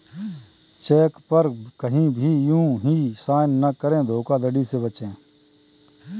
check पर कहीं भी यू हीं साइन न करें धोखाधड़ी से बचे